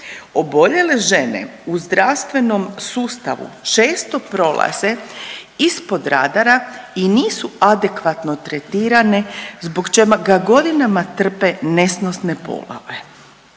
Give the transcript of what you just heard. Oboljele žene u zdravstvenom sustavu često prolaze ispod radara i nisu adekvatno tretirane zbog čega godinama trpe nesnosne bolove.